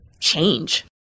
change